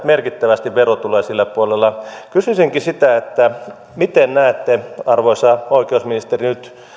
merkittävästi verotuloja sillä puolella kysyisinkin sitä miten näette arvoisa oikeusministeri nyt